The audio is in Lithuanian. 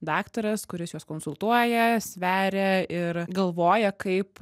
daktaras kuris juos konsultuoja sveria ir galvoja kaip